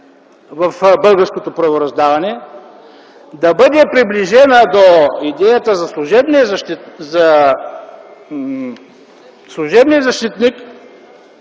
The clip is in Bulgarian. в българското правораздаване, да бъде приближена до идеята за служебния защитник,